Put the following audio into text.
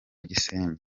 gisenyi